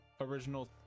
original